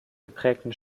geprägten